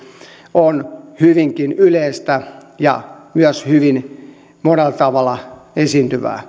on hyvinkin yleistä ja myös hyvin monella tavalla esiintyvää